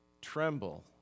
Tremble